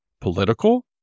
political